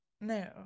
No